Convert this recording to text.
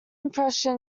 impression